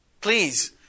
Please